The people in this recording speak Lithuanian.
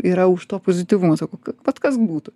yra už to pozityvumo sakau k vat kas būtų